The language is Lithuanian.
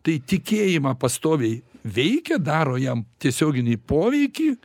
tai tikėjimą pastoviai veikia daro jam tiesioginį poveikį